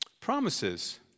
promises